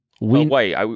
Wait